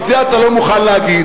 את זה אתה לא מוכן להגיד.